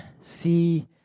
see